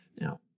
Now